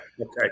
Okay